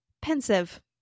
pensive